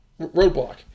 roadblock